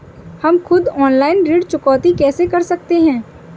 हम खुद ऑनलाइन ऋण चुकौती कैसे कर सकते हैं?